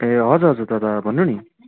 ए हजुर हजुर दादा भन्नु नि